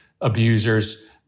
abusers